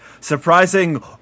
surprising